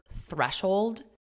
threshold